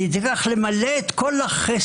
על ידי כך למלא את כל הלקונות,